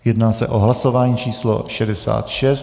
Jedná se o hlasování číslo 66.